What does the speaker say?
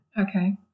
Okay